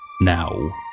Now